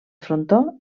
frontó